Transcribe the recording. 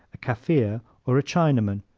a kaffir or a chinaman,